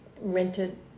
rented